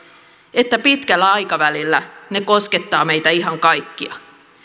että pitkällä aikavälillä ne koskettavat meitä ihan kaikkia